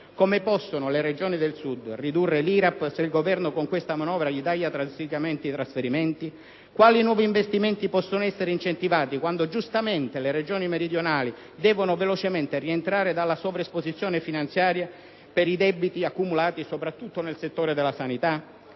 Come possono le Regioni del Sud ridurre l'IRAP se il Governo con questa manovra taglia loro drasticamente i trasferimenti? Quali nuovi investimenti possono essere incentivati quando giustamente le Regioni meridionali devono velocemente rientrare dalla sovraesposizione finanziaria per i debiti accumulati soprattutto nel settore della sanità?